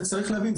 צריך להבין,